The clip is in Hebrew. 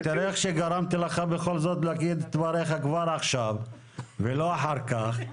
תראה איך שגרמתי לך בכל זאת להגיד את דבריך כבר עכשיו ולא אחר כך.